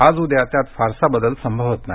आज उद्या त्यात फारसा बदल संभवत नाही